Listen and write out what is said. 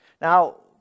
Now